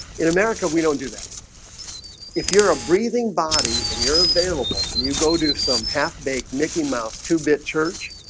in america we don't do that if you're a breathing body and you're available and you go do some half-baked mickey mouse two-bit church,